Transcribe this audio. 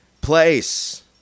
place